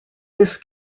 this